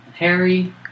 Harry